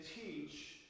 teach